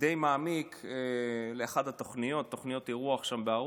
די מעמיק לאחת התוכניות, תוכניות האירוח שם בערוץ,